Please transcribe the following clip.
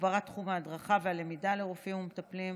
הגברת תחום ההדרכה והלמידה לרופאים ומטפלים,